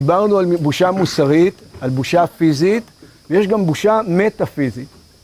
דיברנו על בושה מוסרית, על בושה פיזית, ויש גם בושה מטאפיזית.